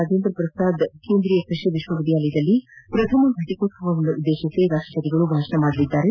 ರಾಜೇಂದ್ರ ಪ್ರಸಾದ್ ಕೇಂದ್ರೀಯ ಕೃಷಿ ವಿಶ್ವವಿದ್ದಾಲಯದ ಪ್ರಥಮ ಫಟಿಕೋತ್ಲವವನ್ನುದ್ದೇತಿಸಿ ರಾಷ್ಟಪತಿಗಳು ಭಾಷಣ ಮಾಡಲಿದ್ದಾರೆ